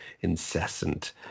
incessant